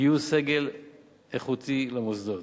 גיוס סגל איכותי למוסדות.